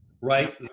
Right